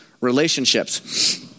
relationships